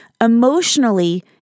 emotionally